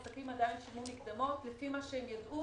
עסקים עדיין שילמו מקדמות לפי מה שהם ידעו